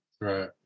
Right